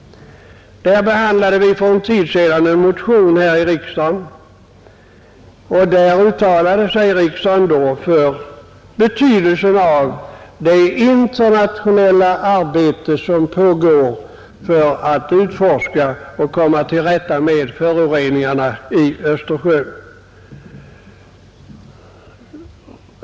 Vi behandlade för en tid sedan en motion här i riksdagen om den saken, och riksdagen uttalade sig då för betydelsen av det internationella arbete som pågår för att utforska och komma till rätta med föroreningarna i Östersjön.